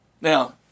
Now